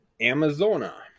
Amazona